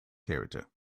character